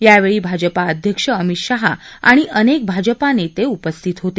यावेळी भाजपा अध्यक्ष अमित शहा आणि अनेक भाजपा नेते उपस्थित होते